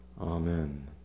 Amen